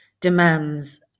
demands